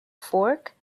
fork